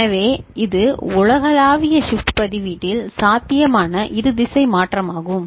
எனவே இது உலகளாவிய ஷிப்ட் பதிவேட்டில் சாத்தியமான இருதிசை மாற்றமாகும்